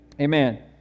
Amen